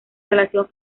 relación